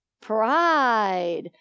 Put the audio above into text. Pride